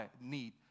need